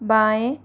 बाएं